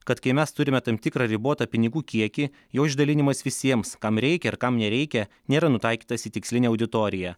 kad kai mes turime tam tikrą ribotą pinigų kiekį jo išdalinimas visiems kam reikia ir kam nereikia nėra nutaikytas į tikslinę auditoriją